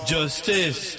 Justice